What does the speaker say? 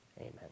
Amen